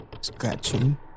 scratching